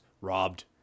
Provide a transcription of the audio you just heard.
Robbed